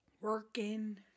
Working